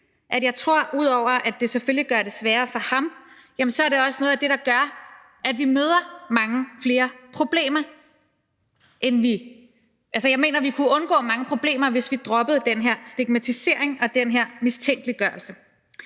at ud over at det selvfølgelig gør det sværere for ham, så er det også noget af det, der gør, at vi møder mange flere problemer. Jeg mener, vi kunne undgå mange problemer, hvis vi droppede den her stigmatisering og mistænkeliggørelse.